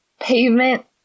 pavement